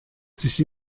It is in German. sich